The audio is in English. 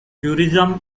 tourism